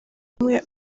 umwe